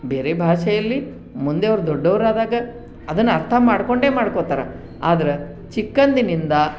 ಬೇರೆ ಭಾಷೆಯಲ್ಲಿ ಮುಂದೆ ಅವರು ದೊಡ್ಡವರಾದಾಗ ಅದನ್ನು ಅರ್ಥ ಮಾಡ್ಕೊಂಡೆ ಮಾಡ್ಕೊತಾರೆ ಆದ್ರೆ ಚಿಕ್ಕಂದಿನಿಂದ